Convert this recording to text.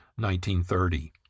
1930